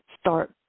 start